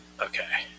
okay